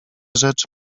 rzecz